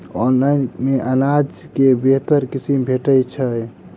Online मे अनाज केँ बेहतर किसिम भेटय छै?